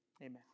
Amen